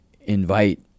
invite